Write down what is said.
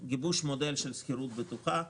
גיבוש מודל שכירות בטוחה,